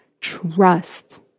trust